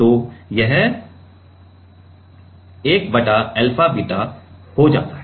तो यह १ बटा अल्फा बीटा हो जाता है